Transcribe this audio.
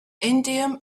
indium